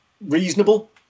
reasonable